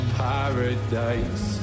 paradise